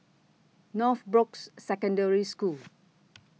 Northbrooks Secondary School